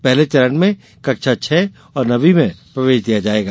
पहले चरण में कक्षा छह और नवी में प्रवेश दिया जाएगा